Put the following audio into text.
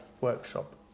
workshop